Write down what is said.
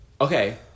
okay